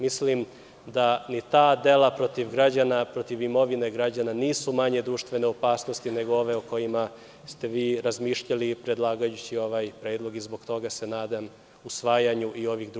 Mislim da ni ta dela protiv građana, protiv imovine građana nisu manje društvene opasnosti, nego ove o kojima ste vi razmišljali predlagajući ovaj predlog i zbog toga se nadam usvajanju i ovih drugih izmena.